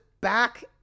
back